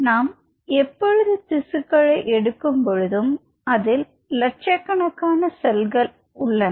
நாம் எப்பொழுதும் திசுக்களை எடுக்கும்பொழுது அதில் லட்சக்கணக்கான செல்கள் உள்ளன